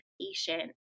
patient